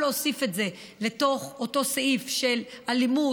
להוסיף גם את זה לתוך אותו סעיף של אלימות,